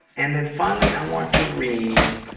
and then finally i want to read